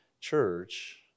church